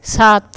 সাত